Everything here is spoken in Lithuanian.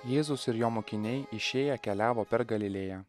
jėzus ir jo mokiniai išėję keliavo per galilėją